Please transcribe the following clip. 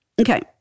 Okay